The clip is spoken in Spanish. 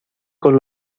con